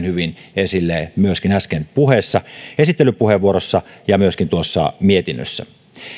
hyvin esille äsken puheessa esittelypuheenvuorossa ja myöskin mietinnössä